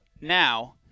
now